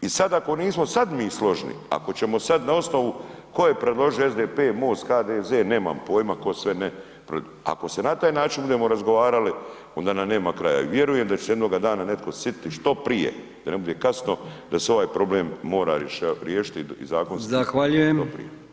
i sad ako nismo sad mi složni, ako ćemo sad na osnovu ko je predložio SDP, MOST, HDZ, nemam pojma ko sve ne, ako se na taj način budemo razgovarali, onda nam nema kraja i vjerujem da će se jednoga dana netko sjetiti što prije da ne bude kasno, da se ovaj problem mora riješiti i zakonski što prije.